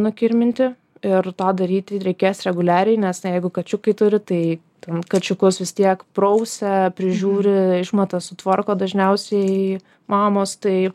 nukirminti ir tą daryti reikės reguliariai nes jeigu kačiukai turi tai ten kačiukus vis tiek prausia prižiūri išmatas sutvarko dažniausiai mamos tai